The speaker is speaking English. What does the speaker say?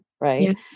right